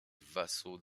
vassaux